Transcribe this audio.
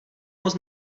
moc